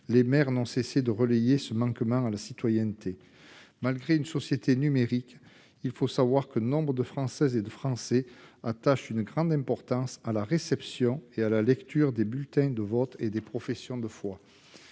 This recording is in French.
Les maires n'ont cessé de relayer ce manquement à la citoyenneté. Malgré une société numérique, il faut savoir que nombre de Français attachent une grande importance à la réception et à la lecture des bulletins de vote et des professions de foi.